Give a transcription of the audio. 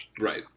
Right